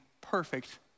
perfect